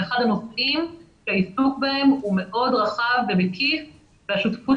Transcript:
זה אחד הנושאים שהעיסוק בהם הוא מאוד רחב ומקיף והשותפות